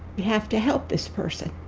you have to help this person